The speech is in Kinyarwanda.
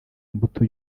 imbuto